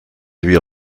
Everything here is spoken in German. wir